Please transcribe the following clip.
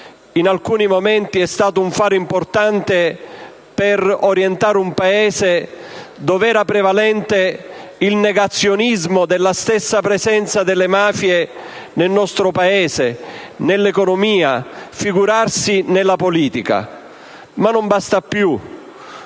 in alcuni momenti è stata un faro importante per orientare un Paese dove era prevalente il negazionismo della stessa presenza delle mafie nel nostro territorio, nell'economia e - figurarsi - nella politica. Non basta più,